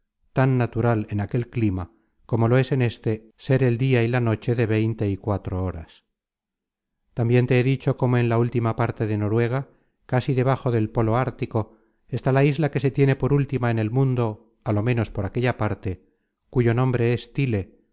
tan natural en aquel clima como lo es en este ser el dia y la noche de veinte y cuatro horas tambien te he dicho cómo en la última parte de noruega casi debajo del polo artico está la isla que se tiene por última en el mundo á lo menos por aquella parte cuyo nombre es tile